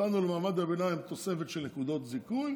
נתנו למעמד הביניים תוספת של נקודות זיכוי,